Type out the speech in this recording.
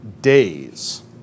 days